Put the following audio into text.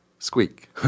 Squeak